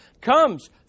comes